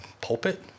pulpit